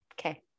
Okay